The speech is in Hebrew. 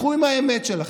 לכו עם האמת שלכם.